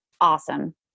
awesome